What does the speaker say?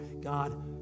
God